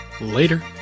Later